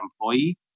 employee